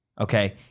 okay